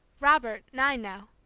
robert nine now,